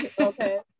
okay